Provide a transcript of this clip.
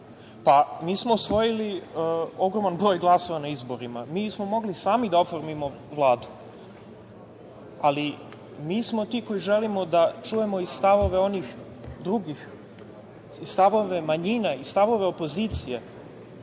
pa mi smo osvojili ogroman broj glasova na izborima, mi smo mogli sami da oformimo Vladu, ali mi smo ti koji želimo da čujemo i stavove onih drugih, stavove manjina i stavove opozicije.Sećamo